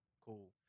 cool